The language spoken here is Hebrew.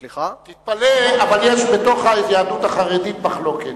תתפלא, אבל יש בתוך יהדות החרדית מחלוקת,